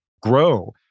grow